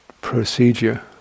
procedure